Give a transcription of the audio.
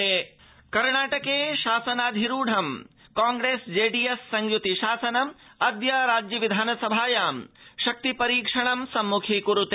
कर्णाटकम् राजनैतिकसंकटम् कर्णाटके शासनाधिरूढं कांप्रेस जेडीएस् संयुति शासनम् अच्छ राज्य विधानसभायां शक्ति परीक्षणं संमुखीकुरुते